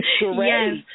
Yes